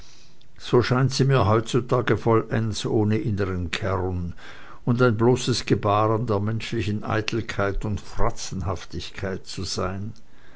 so scheint sie mir heutzutage vollends ohne innern kern und ein bloßes gebaren der menschlichen eitelkeit und fratzenhaftigkeit zu sein